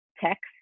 text